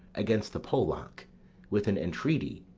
against the polack with an entreaty,